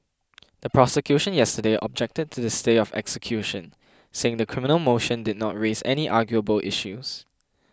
the prosecution yesterday objected to the stay of execution saying the criminal motion did not raise any arguable issues